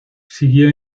siguió